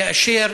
כאשר